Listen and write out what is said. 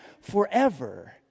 forever